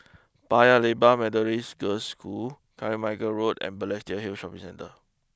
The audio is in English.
Paya Lebar Methodist Girls' School Carmichael Road and Balestier Hill Shopping Centre